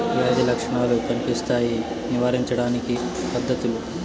వ్యాధి లక్షణాలు కనిపిస్తాయి నివారించడానికి పద్ధతులు?